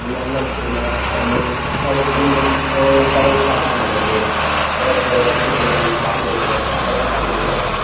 முன்னாடியெல்லாம் பார்த்தீங்கன்னா நமக்கு நமக்குண்ட கும் ஓ கடையில் ஷாப்பிங் பண்ணுறதோ ஏதாவது இப்போ பொட்டி கடையில் போய் வாங்கிறதோ அப்பெல்லாம் பார்த்தீங்கன்னா